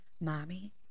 mommy